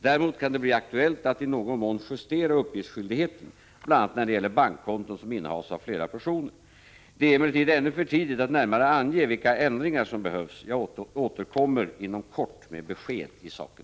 Däremot kan det bli aktuellt att i någon mån justera uppgiftsskyldigheten, bl.a. när det gäller bankkonton som innehas av flera personer. Det är emellertid ännu för tidigt att närmare ange vilka ändringar som behövs. Jag återkommer inom kort med besked i saken.